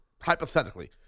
Hypothetically